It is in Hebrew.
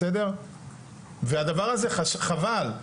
בסדר והדבר הזה חבל,